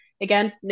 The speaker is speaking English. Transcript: again